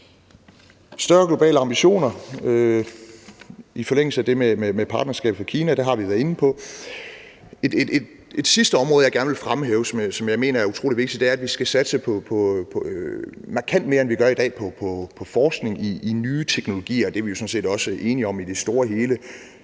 større globale ambitioner. I forlængelse af det med partnerskaber med Kina – det har vi været inde på – er der et sidste område, jeg gerne vil fremhæve, og som jeg mener er utrolig vigtigt. Det er, at vi markant mere, end vi gør i dag, skal satse på forskning i nye teknologier, og det er vi jo sådan set også enige om i det store hele.